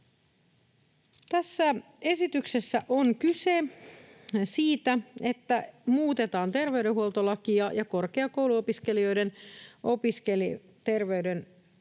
Tässä esityksessä on kyse siitä, että muutetaan terveydenhuoltolakia ja korkeakouluopiskelijoiden opiskeluterveydenhuollosta